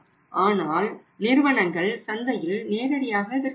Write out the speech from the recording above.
ஆனால் நிறுவனங்கள் சந்தையில் நேரடியாக விற்கின்றன